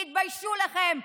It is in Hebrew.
תתביישו לכם.